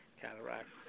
cataracts